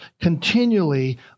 continually